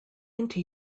into